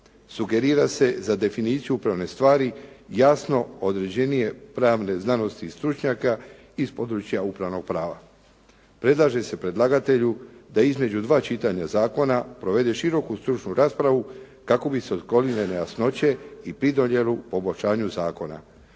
Sugerira se za definiciju upravne stvari jasno određenije pravne znanosti i stručnjaka iz područja upravnog prava. Predlaže se predlagatelju da između dva čitanja zakona provede široku stručnu raspravu kako bi se otklonile nejasnoće i pridonijelo poboljšanju zakona.